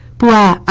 black,